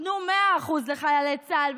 תנו 100% לחיילי צה"ל,